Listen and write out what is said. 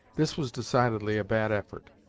this was decidedly a bad effort,